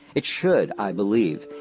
it should, i believe,